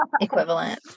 Equivalent